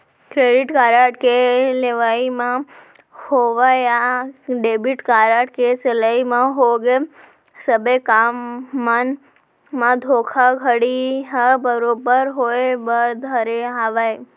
credit card के लेवई म होवय या डेबिट कारड के चलई म होगे सबे काम मन म धोखाघड़ी ह बरोबर होय बर धरे हावय